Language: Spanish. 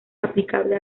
aplicable